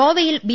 ഗോവയിൽ ബി